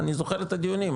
אני זוכר את הדיונים,